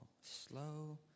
Slow